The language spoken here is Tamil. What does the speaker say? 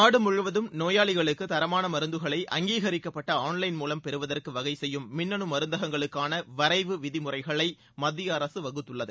நாடு முழுவதும் நோயாளிகளுக்கு தரமான மருந்துகளை அங்கீகரிக்கப்பட்ட ஆன்லைன் மூலம் வகைசெய்யும் மின்னனு மருந்தகங்களுக்கான வரைவு விதிமுறைகளை மத்திய அரசு பெறுவதற்கு வகுத்துள்ளது